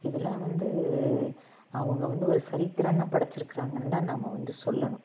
இதெல்லாம் வந்து அவங்க வந்து ஒரு சரித்திரம் தான் படைச்சுருக்காங்கன்னு தான் நாம் வந்து சொல்லணும்